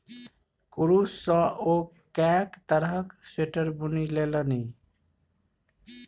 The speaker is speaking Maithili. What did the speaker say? कुरूश सँ ओ कैक तरहक स्वेटर बुनि लेलनि